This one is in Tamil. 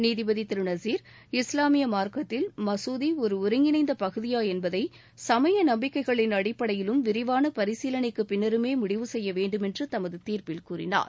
நீதிபதி திரு நசீர் இஸ்வாமிய மார்க்கத்தில் மசூதி ஒரு ஒருங்கிணைந்த பகுதியா என்பதை சமய நம்பிக்கைகளின் அடிப்படையிலும் விரிவான பரிசீலினைக்கு பின்னருமே முடிவு செய்ய வேண்டுமென்று தமது தீர்ப்பில் கூறினார்